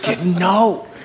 no